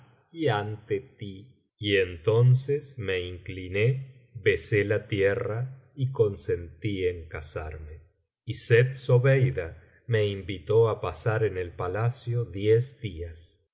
y entonces me incliné besé la tierra y consentí en casarme y sett zobeida me invitó á pasar en el palacio diez días y